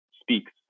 speaks